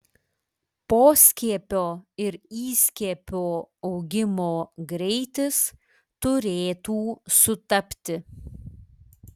poskiepio ir įskiepio augimo greitis turėtų sutapti